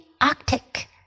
Arctic